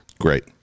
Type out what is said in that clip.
Great